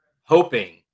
hoping